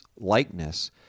likeness